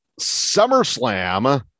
SummerSlam